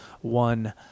one